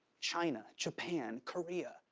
china, japan, korea,